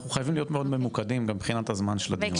אנחנו חייבים להיות ממוקדם בעקבות הזמן של הדיון.